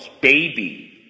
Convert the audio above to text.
baby